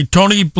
Tony